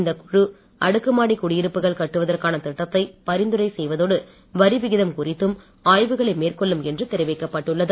இந்தக் குழு அடுக்குமாடி குடியிருப்புகள் கட்டுவதற்கான திட்டத்தை பரிந்துரை செய்வதோடு வரி விகிதம் குறித்தும் ஆய்வுகளை மேற்கொள்ளும் என்று தெரிவிக்கப்பட்டுள்ளது